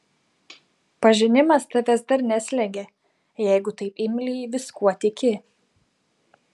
pažinimas tavęs dar neslegia jeigu taip imliai viskuo tiki